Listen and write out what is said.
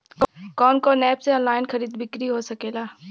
कवन कवन एप से ऑनलाइन खरीद बिक्री हो सकेला?